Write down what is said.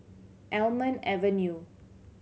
Almond Avenue